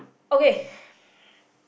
okay